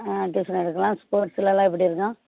ஆ tuition எடுக்கலாம் ஸ்போர்ட்ஸ்லெலாம் எப்படி இருக்கான்